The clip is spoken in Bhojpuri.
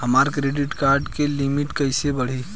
हमार क्रेडिट कार्ड के लिमिट कइसे बढ़ी?